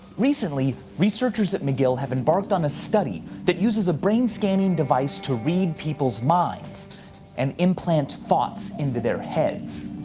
recently, researchers at mcgill have embarked on a study that uses a brain scanning device to read people's minds and implant thoughts into their heads,